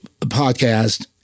podcast